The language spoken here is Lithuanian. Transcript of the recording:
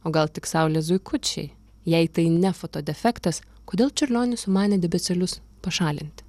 o gal tik saulės zuikučiai jei tai ne foto defektas kodėl čiurlionis sumanė debesėlius pašalinti